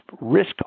Risk